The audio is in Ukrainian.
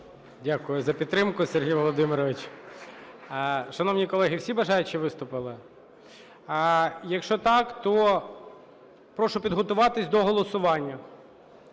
Дякую за підтримку, Сергій Володимирович. Шановні колеги, всі бажаючі виступили? Якщо так, то прошу підготуватись до голосування.